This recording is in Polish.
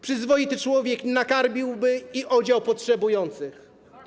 Przyzwoity człowiek nakarmiłby i odział potrzebujących.